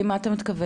למה אתה מתכוון?